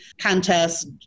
contest